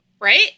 right